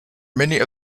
many